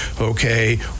okay